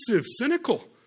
cynical